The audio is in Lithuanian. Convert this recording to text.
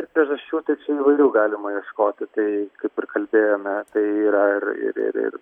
ir priežasčių tai čia įvairių galima ieškoti tai kaip ir kalbėjome tai yra ir ir ir ir